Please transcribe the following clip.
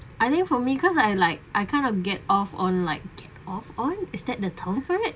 I think for me cause I like I kind of get off on like get off on is that the term for it